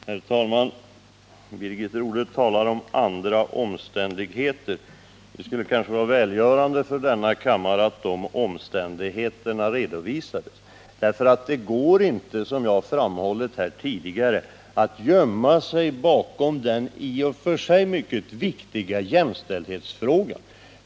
Herr talman! Birgit Rodhe talar om andra omständigheter. Det skulle kanske vara välgörande för denna kammare att de omständigheterna redovisades, därför att det går inte — som jag har framhållit här tidigare — att gömma sig bakom den i och för sig mycket viktiga jämställdhetsfrågan.